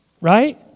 Right